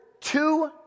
two